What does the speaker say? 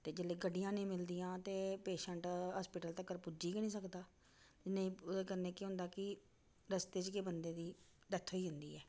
ते जेल्लै गड्डियां नी मिलदियां ते पेशैंट हास्पिटल तगर पुज्जी गै नी सकदा नेईं ओह्दे कन्नै केह् होंदा कि रस्ते च गै बंदे दी डैथ होई जंदी ऐ